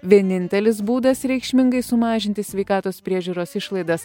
vienintelis būdas reikšmingai sumažinti sveikatos priežiūros išlaidas